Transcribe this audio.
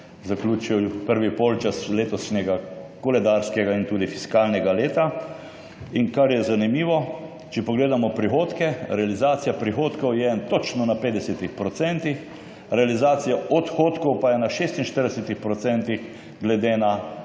zaključil prvi polčas letošnjega koledarskega in tudi fiskalnega leta. Kar je zanimivo, če pogledamo prihodke, realizacija prihodkov je točno na 50 %, realizacija odhodkov pa je na 46 %, glede na